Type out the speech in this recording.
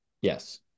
yes